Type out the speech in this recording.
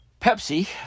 Pepsi